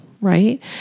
right